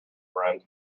friend